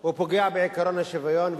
הוא פוגע בעקרון השוויון,